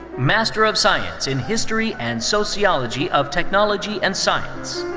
master of science in history and sociology of technology and science.